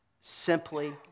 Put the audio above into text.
simply